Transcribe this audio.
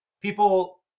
people